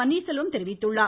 பன்னீர் செல்வம் தெரிவித்துள்ளார்